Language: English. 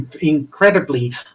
incredibly